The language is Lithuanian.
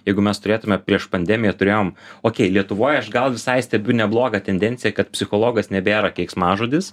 jeigu mes turėtume prieš pandemiją turėjom o lietuvoj aš gal visai stebiu neblogą tendenciją kad psichologas nebėra keiksmažodis